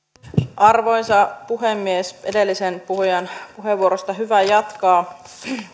arvoisa puhemies edellisen puhujan puheenvuorosta on hyvä jatkaa